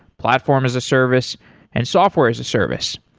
platform as a service and software as a service.